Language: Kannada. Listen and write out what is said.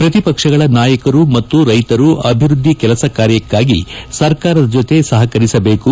ಪ್ರತಿಪಕ್ಷಗಳ ನಾಯಕರು ಮತ್ತು ರೈತರು ಅಭಿವೃದ್ದಿ ಕೆಲಸ ಕಾರ್ಯಕ್ಕಾಗಿ ಸರ್ಕಾರದ ಜೊತೆ ಸಹಕರಿಸಬೇಕು